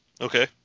Okay